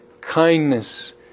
kindness